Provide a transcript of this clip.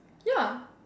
ya